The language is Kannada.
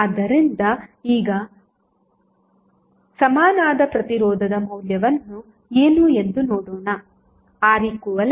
ಆದ್ದರಿಂದ ಈಗ ಸಮನಾದ ಪ್ರತಿರೋಧದ ಮೌಲ್ಯವನ್ನು ಏನು ಎಂದು ನೋಡೋಣ